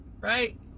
right